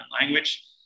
language